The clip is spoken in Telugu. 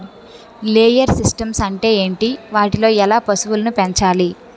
లేయర్ సిస్టమ్స్ అంటే ఏంటి? వాటిలో ఎలా పశువులను పెంచాలి?